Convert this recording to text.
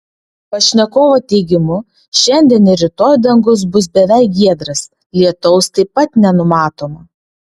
pašnekovo teigimu šiandien ir rytoj dangus bus beveik giedras lietaus taip pat nenumatoma